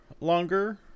longer